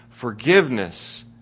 Forgiveness